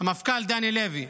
המפכ"ל דני לוי: